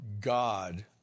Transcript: God